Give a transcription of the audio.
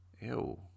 Ew